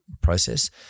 process